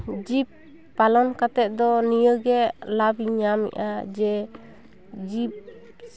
ᱡᱤᱵᱽ ᱯᱟᱞᱚᱱ ᱠᱟᱛᱮᱜ ᱫᱚ ᱱᱤᱭᱟᱹᱜᱮ ᱞᱟᱵᱷ ᱤᱧ ᱧᱟᱢ ᱮᱫᱟ ᱡᱮ ᱡᱤᱵᱽ